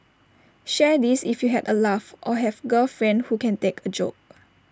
share this if you had A laugh or have girlfriend who can take A joke